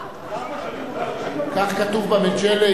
כך כתוב ב"מג'לה",